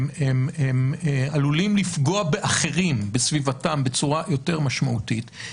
הם עלולים לפגוע באחרים בסביבתם בצורה יותר משמעותית,